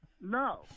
No